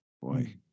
boy